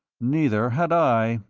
neither had i,